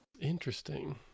Interesting